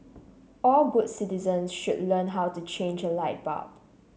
all good citizens should learn how to change a light bulb